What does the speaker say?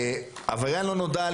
עבריין לא נודע,